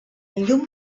llum